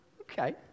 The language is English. Okay